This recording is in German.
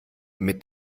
mit